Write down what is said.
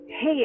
Hey